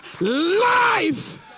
life